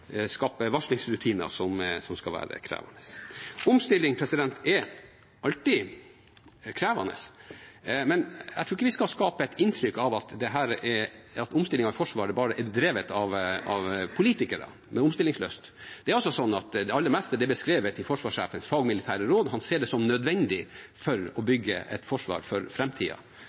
skape varslingsrutiner som skal kreves. Omstilling er alltid krevende, men jeg tror ikke vi skal skape et inntrykk av at omstillingen i Forsvaret bare er drevet av politikere med omstillingslyst. Det aller meste er beskrevet i forsvarssjefens fagmilitære råd. Han ser det som nødvendig for å bygge et forsvar for